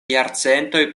jarcentoj